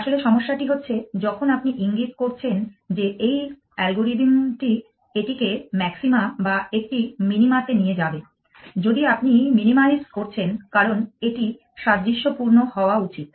আসলে সমস্যাটি হচ্ছে যখন আপনি ইঙ্গিত করছেন যে এই অ্যালগরিদমটি এটিকে ম্যাক্সিমা বা একটি মিনিমাতে নিয়ে যাবে যদি আপনি মিনিমাইজ করছেন কারণ এটি সাদৃশ্যপূর্ণ হওয়া উচিত